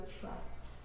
trust